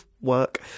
work